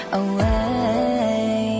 away